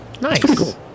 nice